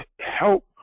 help